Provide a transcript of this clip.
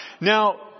Now